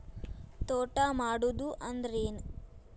ತೋಟ ಮಾಡುದು ಅಂದ್ರ ಏನ್?